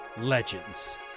Legends